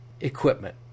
equipment